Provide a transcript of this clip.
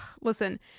Listen